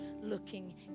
looking